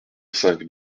cinq